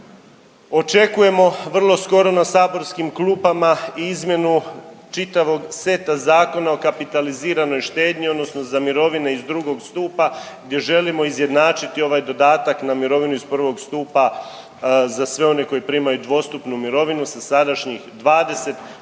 Očekujemo vrlo skoro na saborskim klupama i izmjenu čitavog seta Zakona o kapitaliziranoj štednji odnosno za mirovine iz drugog stupa gdje želimo izjednačiti ovaj dodatak na mirovinu iz prvog stupa za sve oni koji primaju dvostupnu mirovinu sa sadašnjih 20 na